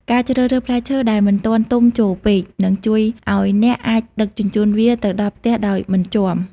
ការជ្រើសរើសផ្លែឈើដែលមិនទាន់ទុំជោរពេក នឹងជួយឱ្យអ្នកអាចដឹកជញ្ជូនវាទៅដល់ផ្ទះដោយមិនជាំ។